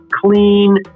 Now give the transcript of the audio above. clean